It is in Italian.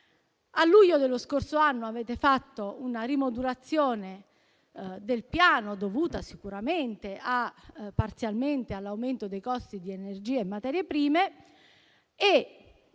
A luglio dello scorso anno avete fatto una rimodulazione del Piano dovuta parzialmente all'aumento dei costi di energia e materie prime.